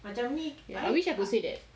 I wish I could say that